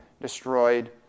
destroyed